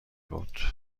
بود